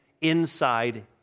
inside